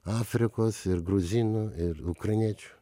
afrikos ir gruzinų ir ukrainiečių